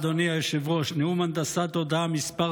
נאום הנדסת תודעה מס'